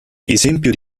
esempio